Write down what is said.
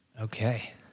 Okay